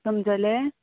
समजलें